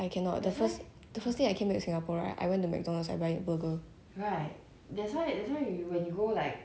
I cannot that's why the first day I came back to Singapore right I went to McDonalds I buy burger